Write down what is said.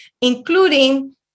including